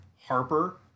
Harper